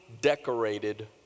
decorated